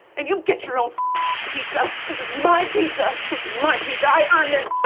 and you get your own pizza. this is my pizza. i'm taking my pizza. i earned this